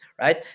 right